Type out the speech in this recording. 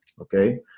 okay